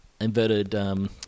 inverted